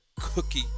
cookie